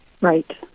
Right